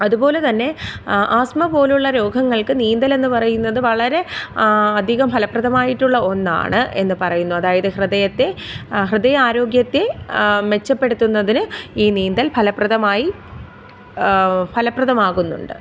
അതുപോലെ തന്നെ ആസ്മ പോലുള്ള രോഗങ്ങൾക്ക് നീന്തലെന്ന് പറയുന്നത് വളരെ അധികം ഫലപ്രദമായിട്ടുള്ള ഒന്നാണ് എന്ന് പറയുന്നു അതായത് ഹൃദയത്തെ ഹൃദയാരോഗ്യത്തെ മെച്ചപ്പെടുത്തുന്നതിന് ഈ നീന്തൽ ഭലപ്രദമായി ഫലപ്രദമാകുന്നുണ്ട്